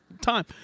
time